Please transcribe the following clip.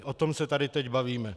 O tom se tady teď bavíme.